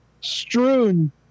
strewn